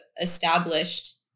established